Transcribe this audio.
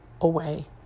away